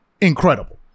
incredible